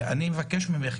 ואני מבקש ממך,